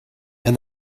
and